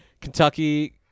kentucky